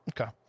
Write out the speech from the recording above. Okay